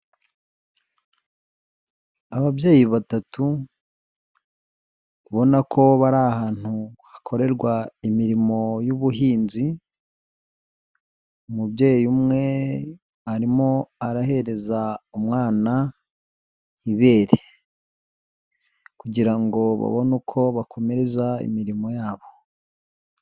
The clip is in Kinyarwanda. Ababyeyi batatu ubona ko bari ahantu hakorerwa imirimo y'ubuhinzi, umubyeyi umwe arimo arahereza umwana ibere, kugira ngo babone uko bakomereza imirimo yabo.